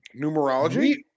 Numerology